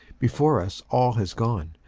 before us all has gone,